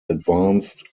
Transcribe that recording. advanced